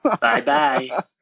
Bye-bye